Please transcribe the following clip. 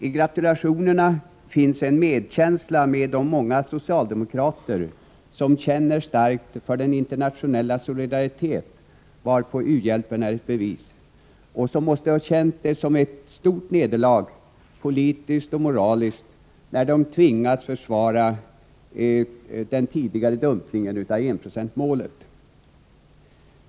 I gratulationen finns en medkänsla med de många socialdemokrater som känner starkt för den internationella solidaritet varpå u-hjälpen är ett bevis och som måste ha känt det som ett stort nederlag, politiskt och moraliskt, när de tvingats försvara den tidigare dumpningen av enprocentsmålet.